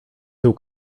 tył